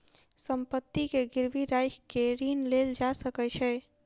संपत्ति के गिरवी राइख के ऋण लेल जा सकै छै